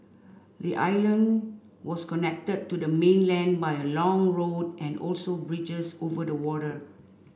the island was connected to the mainland by a long road and also bridges over the water